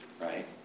Right